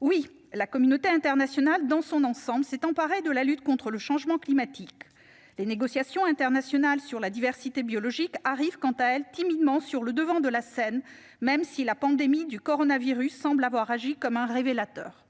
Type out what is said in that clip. Oui, la communauté internationale, dans son ensemble, s'est emparée de la lutte contre le changement climatique. Les négociations internationales sur la diversité biologique arrivent, quant à elles, timidement sur le devant de la scène, même si la pandémie de coronavirus semble avoir agi comme un révélateur.